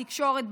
בתקשורת,